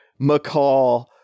McCall